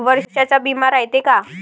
वर्षाचा बिमा रायते का?